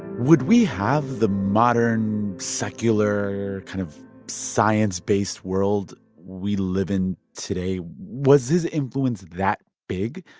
would we have the modern, secular, kind of science-based world we live in today? was his influence that big,